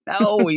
No